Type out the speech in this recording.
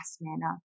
manner